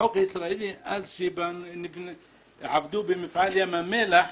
בחוק הישראלי כאשר עבדו במפעל ים המלח,